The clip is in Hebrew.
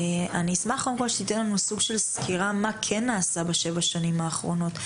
אני אשמח שתיתן לנו סוג של סקירה מה כן נעשה בשבע שנים האחרונות.